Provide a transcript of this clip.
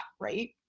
right